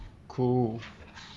cool